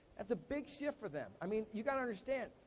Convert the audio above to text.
that's a big shift for them. i mean you gotta understand.